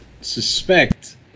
suspect